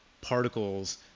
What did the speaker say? particles